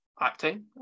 acting